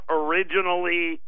originally